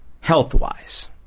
health-wise